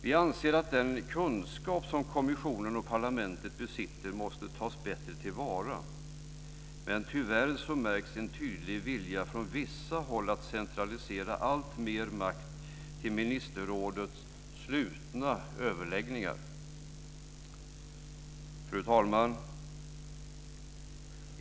Vi anser att den kunskap som kommissionen och parlamentet besitter bättre måste tas till vara, men tyvärr märks en tydlig vilja från vissa håll att centralisera alltmer makt till ministerrådets slutna överläggningar. Fru talman!